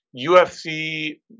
UFC